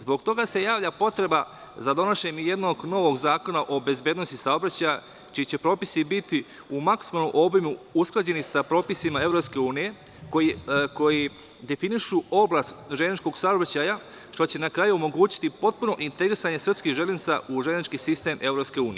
Zbog toga se javlja potreba za donošenjem jednog novog zakona o bezbednosti saobraćaja, čiji će propisi biti u maksimalnom obimu usklađeni sa propisima EU, koji definišu oblast železničkog saobraćaja, što će na kraju omogućiti potpuno integrisanje srpskih železnica u železnički sistem EU.